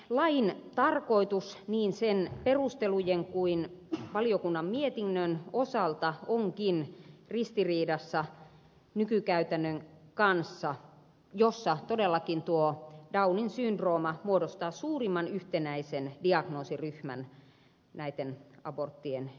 lain tarkoitus niin sen perustelujen kuin valiokunnan mietinnön osalta onkin ristiriidassa nykykäytännön kanssa jossa todellakin tuo downin syndrooma muodostaa suurimman yhtenäisen diagnoosiryhmän näiden aborttien joukossa